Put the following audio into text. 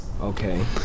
Okay